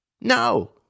No